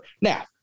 Now